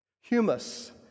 Humus